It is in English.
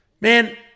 Man